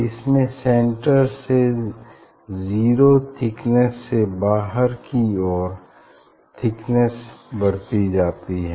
इसमें सेंटर में zero thickness से बाहर की ओर थिकनेस बढ़ती जाती है